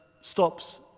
stops